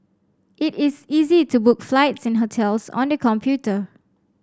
it is easy to book flights and hotels on the computer